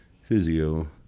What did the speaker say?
Physio